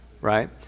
right